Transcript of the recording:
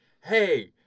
hey